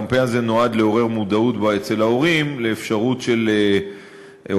הקמפיין הזה נועד לעורר מודעות אצל ההורים לאפשרות של הורדה